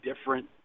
different